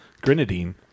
grenadine